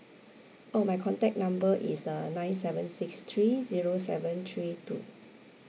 oh my contact number is uh nine seven six three zero seven three two